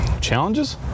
challenges